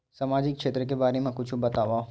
सामाजिक क्षेत्र के बारे मा कुछु बतावव?